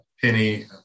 Penny